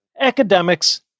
academics